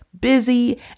busy